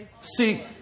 see